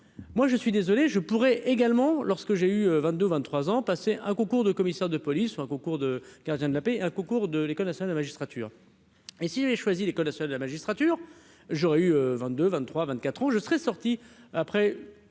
moi je suis désolé je pourrais également lorsque j'ai eu 22 23 ans passé un concours de commissaire de police ou un concours de gardien de la paix, un concours de l'École nationale de magistrature et s'il est choisi, l'École nationale de la magistrature, j'aurais eu 22 23 24 ans, je serai sortie après,